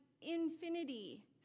infinity